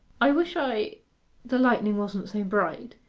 i wish i the lightning wasn't so bright.